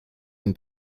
une